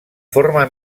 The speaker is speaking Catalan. forma